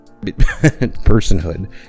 personhood